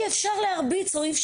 שאי אפשר להרביץ או להתעלל.